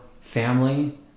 family